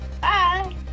Bye